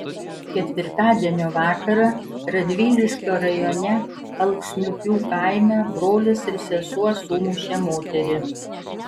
ketvirtadienio vakarą radviliškio rajone alksniupių kaime brolis ir sesuo sumušė moterį